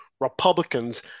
Republicans